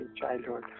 childhood